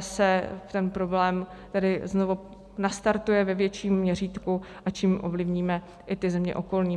se ten problém tedy znovu nastartuje ve větším měřítku, a tím ovlivníme i ty země okolní.